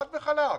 חד וחלק.